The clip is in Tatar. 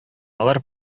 алар